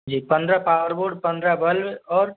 जी पंद्रह power board पंद्रह bulb और